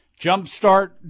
jumpstart